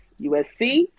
usc